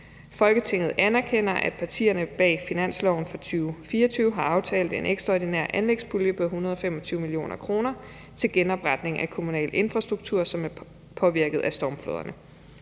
Folketinget anerkender, at partierne bag finansloven for 2024 har aftalt en ekstraordinær anlægspulje på 125 mio. kr. til genopretning af kommunal infrastruktur påvirket af stormfloderne.